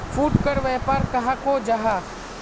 फुटकर व्यापार कहाक को जाहा?